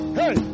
hey